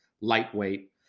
lightweight